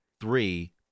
three